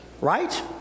Right